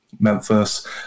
memphis